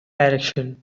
direction